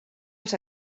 els